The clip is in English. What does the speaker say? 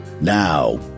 Now